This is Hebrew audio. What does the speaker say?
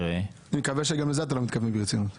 אני מקווה שגם לזה אתה לא מתכוון ברצינות.